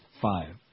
five